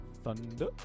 Thunder